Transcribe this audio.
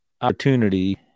opportunity